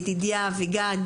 ידידיה אביגד,